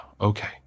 okay